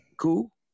Cool